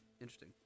Interesting